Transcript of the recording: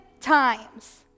times